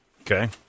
Okay